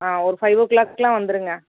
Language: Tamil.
ஆ ஒரு ஃபை ஓ கிளாக்கெலாம் வந்துடுங்க